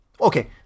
Okay